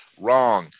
Wrong